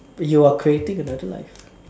you are creating another life